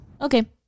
Okay